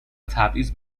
تبعیض